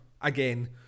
again